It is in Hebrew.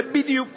זה בדיוק